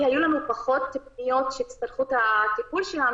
כי היו לנו פחות פניות שהצטרכו את הפניות שלנו